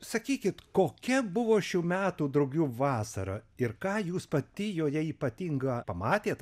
sakykit kokia buvo šių metų drugių vasara ir ką jūs pati joje ypatinga pamatėt